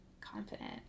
confident